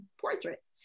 portraits